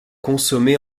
consommé